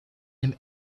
him